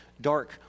dark